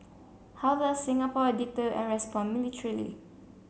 how does Singapore a deter and respond militarily